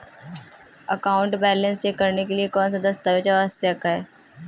Account balance check करने के लिए कौनसे दस्तावेज़ आवश्यक हैं?